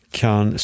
kan